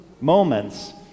moments